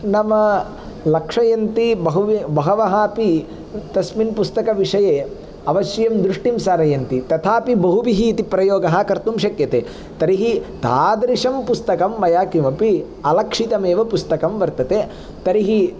नाम लक्षयन्ति बहु बहवः अपि तस्मिन् पुस्तकविषये अवश्यं दृष्टिं सारयन्ति तथापि बहुभिः इति प्रयोगः कर्तुं शक्यते तर्हि तादृशं पुस्तकं मया किमपि अलक्षितम् एव पुस्तकं वर्तते तर्हि